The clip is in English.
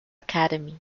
academy